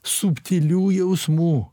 subtilių jausmų